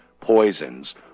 poisons